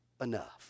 enough